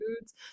foods